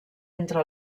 entre